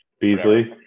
Beasley